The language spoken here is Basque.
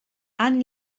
han